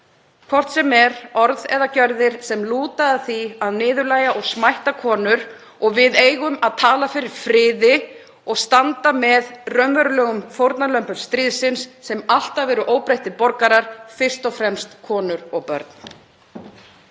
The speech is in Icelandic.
hvort sem eru orð eða gjörðir sem lúta að því að niðurlægja og smætta konur. Og við eigum að tala fyrir friði og standa með raunverulegum fórnarlömbum stríðsins sem alltaf eru óbreyttir borgarar, fyrst og fremst konur og börn.